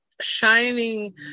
shining